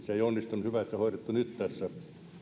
se ei onnistunut hyvä että se on hoidettu nyt tässä